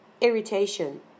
irritation